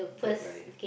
bad guy